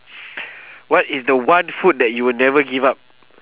what is the one food that you will never give up